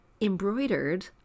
embroidered